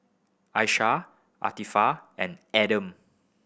Ishak and Adam